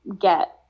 get